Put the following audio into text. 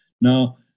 now